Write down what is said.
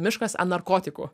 miškas an narkotikų